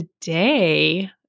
today